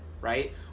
right